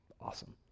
awesome